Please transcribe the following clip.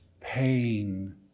pain